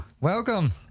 welcome